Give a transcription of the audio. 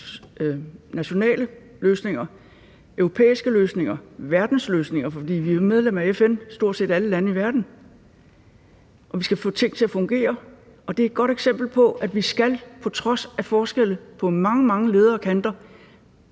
nationale løsninger og europæiske løsninger og verdensløsninger, for vi er jo medlem af FN – det er stort set alle lande i verden. Og vi skal få ting til at fungere, og det er et godt eksempel på, at vi på trods af forskelle på mange, mange leder og kanter